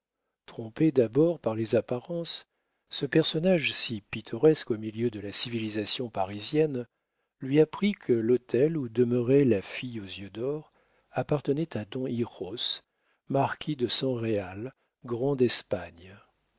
trompé d'abord par les apparences ce personnage si pittoresque au milieu de la civilisation parisienne lui apprit que l'hôtel où demeurait la fille aux yeux d'or appartenait à don hijos marquis de san réal grand d'espagne